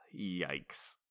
Yikes